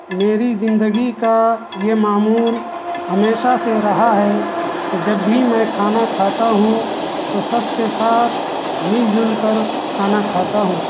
میری زندگی کا یہ معمول ہمیشہ سے رہا ہے کہ جب بھی میں کھانا کھاتا ہوں تو سب کے ساتھ مل جل کر کھانا کھاتا ہوں